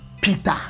Peter